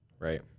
Right